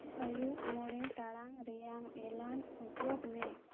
ᱟᱹᱭᱩᱵ ᱢᱚᱬᱮ ᱴᱟᱲᱟᱝ ᱨᱮᱭᱟᱜ ᱮᱞᱟᱨᱢ ᱚᱪᱚᱜᱽ ᱢᱮ